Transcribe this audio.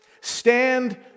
Stand